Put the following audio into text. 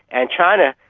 and china,